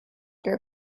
your